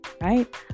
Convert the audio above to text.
right